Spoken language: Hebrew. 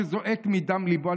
שזועק מדם ליבו.